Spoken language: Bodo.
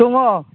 दङ